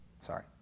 Sorry